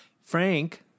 Frank